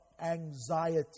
anxiety